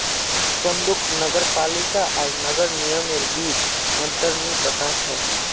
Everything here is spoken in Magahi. चंदूक नगर पालिका आर नगर निगमेर बीच अंतर नइ पता छ